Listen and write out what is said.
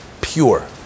pure